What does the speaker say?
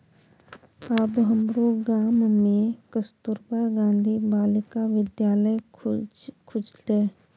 आब हमरो गाम मे कस्तूरबा गांधी बालिका विद्यालय खुजतै